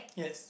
yes